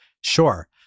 Sure